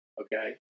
Okay